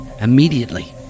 immediately